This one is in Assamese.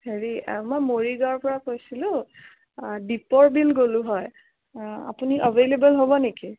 হেৰি মই মৰিগাঁওৰ পৰা কৈছিলোঁ দীপৰ বিল গ'লো হয় আপুনি এভেইলেবল হ'ব নেকি